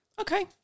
Okay